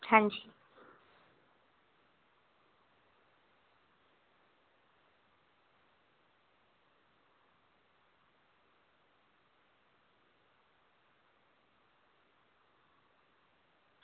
हां जी